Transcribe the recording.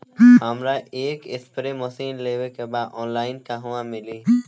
हमरा एक spray machine लेवे के बा ऑनलाइन कहवा मिली?